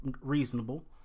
reasonable